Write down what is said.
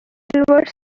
silvers